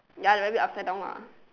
ya the rabbit upside down lah